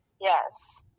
Yes